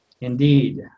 Indeed